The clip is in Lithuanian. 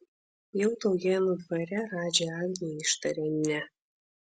jau taujėnų dvare radži agnei ištarė ne